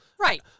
Right